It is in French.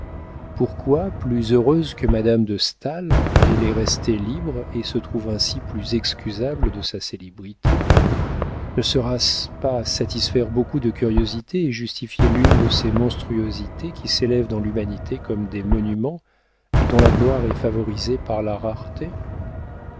pourquoi plus heureuse que madame de staël elle est restée libre et se trouve ainsi plus excusable de sa célébrité ne sera-ce pas satisfaire beaucoup de curiosités et justifier l'une de ces monstruosités qui s'élèvent dans l'humanité comme des monuments et dont la gloire est favorisée par la rareté